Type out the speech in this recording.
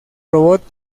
robots